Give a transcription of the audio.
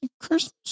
Christmas